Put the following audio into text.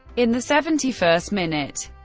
in the seventy first minute,